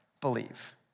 believe